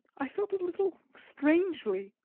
i felt a little strangely,